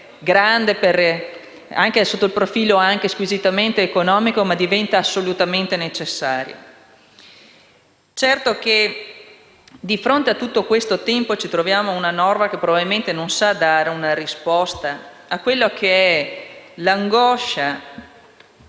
grande anche sotto il profilo squisitamente economico, ma che diventa assolutamente necessario. Certo è che a fronte di tutta questa attesa ci troviamo una norma che probabilmente non sa dare una risposta all'angoscia